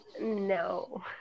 No